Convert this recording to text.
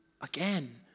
again